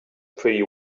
pretty